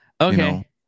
Okay